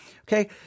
Okay